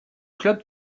club